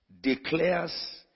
Declares